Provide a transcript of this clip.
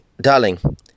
Darling